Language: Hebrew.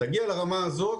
תגיע לרמה הזאת,